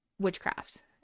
witchcraft